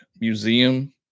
museum